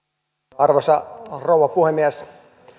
arvoisa rouva puhemies